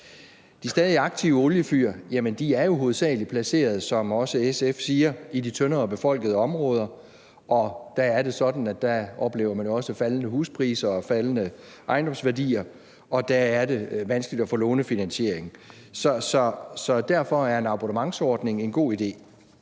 De stadig aktive oliefyr er jo hovedsagelig placeret, som også SF siger, i de tyndere befolkede områder, og der er det sådan, at man også oplever faldende huspriser og faldende ejendomsværdier, og der er det vanskeligt at få lånefinansiering. Så derfor er en abonnementsordning en god idé.